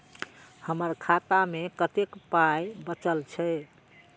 हमर खाता मे कतैक पाय बचल छै